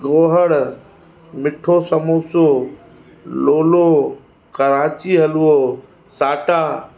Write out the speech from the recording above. ॾोहड़ मिठो सम्बोसो लोलो कराची हलवो साटा